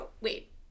Wait